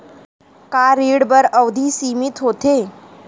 का ऋण बर अवधि सीमित होथे?